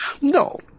No